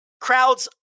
crowds